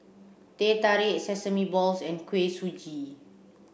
Teh Tarik sesame balls and Kuih Suji